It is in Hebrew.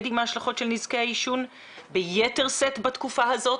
עם ההשלכות של נזקי העישון ביתר שאת בתקופה הזאת,